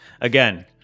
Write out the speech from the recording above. again